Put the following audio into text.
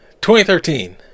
2013